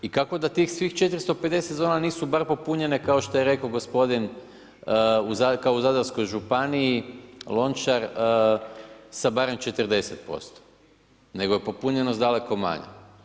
I kako da tih svih 450 zona nisu bar popunjene kao što je rekao gospodin kao u Zadarskoj županiji Lončar, sa barem 40% nego je popunjenost daleko manja?